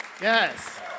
yes